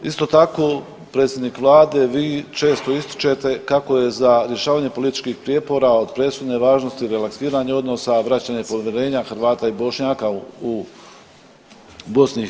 Isto tako predsjednik vlade i vi često ističete kako je za rješavanje političkih prijepora od presudne važnosti, relaksiranje odnose, vraćanje povjerenja Hrvata i Bošnjaka u BiH.